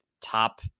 top